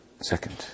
second